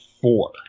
four